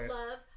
love